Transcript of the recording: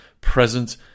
present